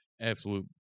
absolute